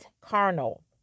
carnal